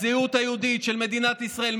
הזהות היהודית של מדינת ישראל,